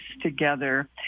together